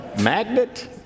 magnet